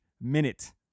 minute